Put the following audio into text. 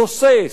תוסס,